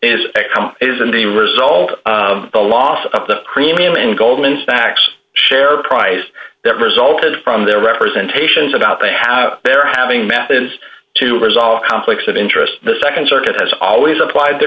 isn't the result of the loss of the premium in goldman sachs share price that resulted from their representation it's about they have they're having methods to resolve conflicts of interest the nd circuit has always applied t